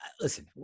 Listen